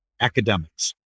academics